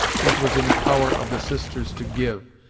it was in the power of the sisters to give,